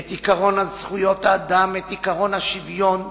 את עקרון זכויות האדם, את עקרון השוויון,